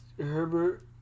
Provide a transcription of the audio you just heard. Herbert